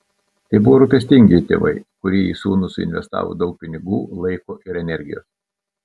tai buvo rūpestingi tėvai kurie į sūnų suinvestavo daug pinigų laiko ir energijos